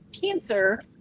cancer